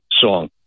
song